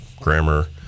grammar